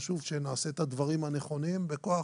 חשוב שנעשה את הדברים הנכונים בכוח